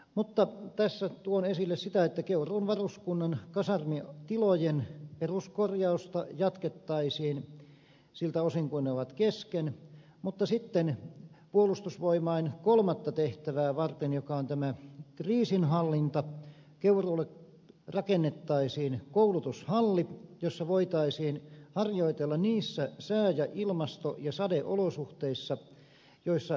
mutta tässä tuon esille sitä että keuruun varuskunnan kasarmitilojen peruskorjausta jatkettaisiin siltä osin kuin ne ovat kesken mutta sitten puolustusvoimain kolmatta tehtävää varten joka on tämä kriisinhallinta keuruulle rakennettaisiin koulutushalli jossa voitaisiin harjoitella niissä sää ja ilmasto ja sadeolosuhteissa joissa kriisinhallintatehtävissä toimitaan